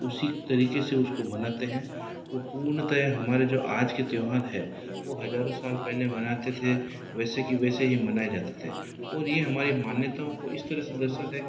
उसी तरीके से उसको मानते हैं वो पूर्णतयः हमारे जो आज के त्यौहार है वो हजारों साल पहले मानते थे वैसे की वैसे ही मनाया जाते थे और ये हमारी मान्यताओं को इस तरह से दर्शाता है कि